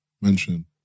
mention